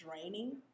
draining